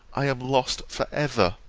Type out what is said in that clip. i am lost for ever!